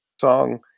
song